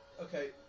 okay